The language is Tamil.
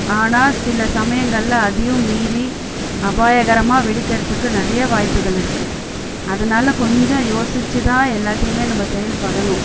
ஆனால் சில சமயங்கள்ல அதையும் மீறி அபாயகரமாக வெடிக்கிறத்துக்கு நிறையா வாய்ப்புகள் இருக்குது அதனால் கொஞ்சம் யோசித்து தான் எல்லாத்தையுமே நம்ம செயல்படணும்